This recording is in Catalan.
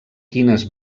quines